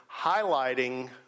highlighting